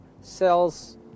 sells